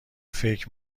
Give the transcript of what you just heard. فکر